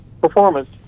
performance